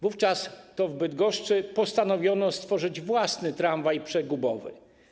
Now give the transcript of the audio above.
Wówczas to w Bydgoszczy postanowiono stworzyć własny tramwaj przegubowy.